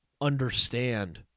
understand